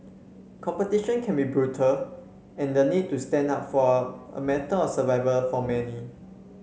competition can be brutal and the need to stand out for a matter of survival for many